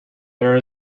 there